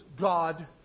God